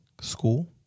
school